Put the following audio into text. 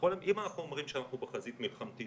אם אנחנו אומרים שאנחנו בחזית מלחמתית